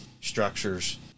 structures